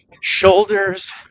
shoulders